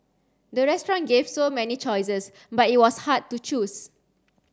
the restaurant gave so many choices but it was hard to choose